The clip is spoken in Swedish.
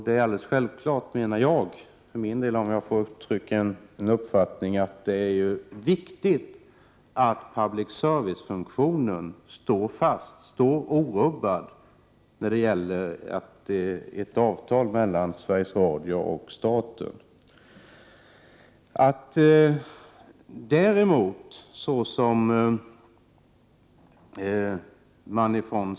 Det är självklart, menar jag för min del, att det är viktigt att public service-funktionen förblir orubbad i ett avtal mellan Sveriges Radio och staten.